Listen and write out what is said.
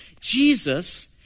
Jesus